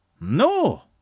No